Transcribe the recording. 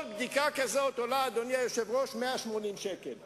משהו פה באמת נפלא,